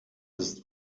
ist